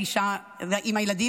האישה עם הילדים,